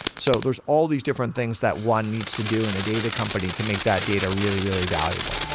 so there's all these different things that one needs to do in a data company to make that data really, really valuable.